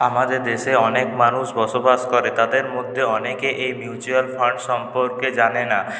আমাদের দেশে অনেক মানুষ বসবাস করে তাদের মধ্যে অনেকে এই মিউচুয়াল ফান্ড সম্পর্কে জানেনা